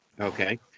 Okay